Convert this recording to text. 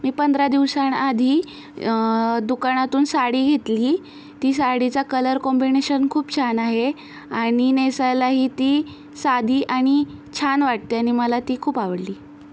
मी पंधरा दिवसांआधी दुकानातून साडी घेतली ती साडीचा कलर कॉम्बिणेशन खूप छान आहे आणि नेसायलाही ती साधी आणि छान वाटते आणि मला ती खूप आवडली